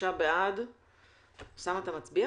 הצבעה בעד, 3 נגד,